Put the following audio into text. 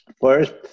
First